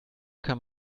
kann